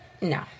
No